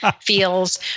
feels